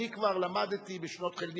אני כבר למדתי בשנות חלדי,